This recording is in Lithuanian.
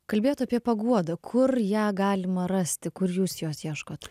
kalbėjot apie paguodą kur ją galima rasti kur jūs jos ieškot